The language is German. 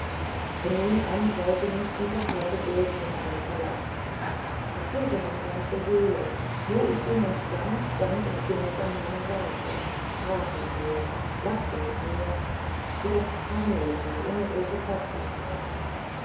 von nun an wollte mich dieses holde bild nimmermehr verlassen es füllte meine ganze seele wo ich ging und stand stand und ging es an meiner seite sprach mit mir lachte mit mir jedoch harmlos und ohne große zärtlichkeit